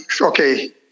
okay